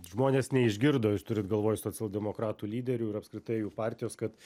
žmonės neišgirdo jūs turit galvoj socialdemokratų lyderių ir apskritai jų partijos kad